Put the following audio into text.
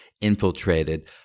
infiltrated